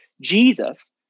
Jesus